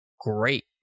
great